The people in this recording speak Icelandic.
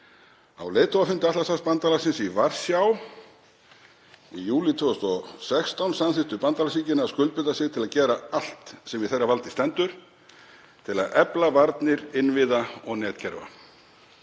Á leiðtogafundi Atlantshafsbandalagsins í Varsjá í júlí 2016 samþykktu bandalagsríkin að skuldbinda sig til að gera allt sem í þeirra valdi stendur til að efla varnir innviða og netkerfa.